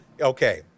Okay